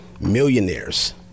millionaires